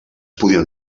podien